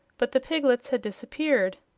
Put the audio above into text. but the piglets had disappeared.